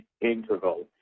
interval